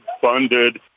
funded